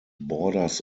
borders